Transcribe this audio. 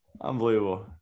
Unbelievable